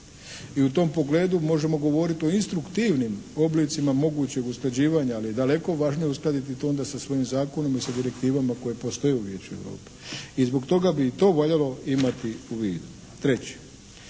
i u tom pogledu možemo govoriti o instruktivnim oblicima mogućeg usklađivanja, ali daleko je važnije uskladiti to onda sa svojim zakonom i sa direktivama koje postoje u Vijeću Europe i zbog toga bi i to valjalo imati u vidu. Treće.